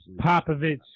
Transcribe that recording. Popovich